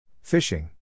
Fishing